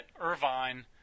Irvine